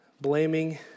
blaming